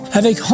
avec